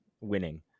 winning